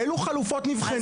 אילו חלופות נבחנו?